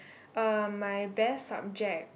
uh my best subject